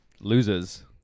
losers